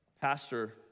pastor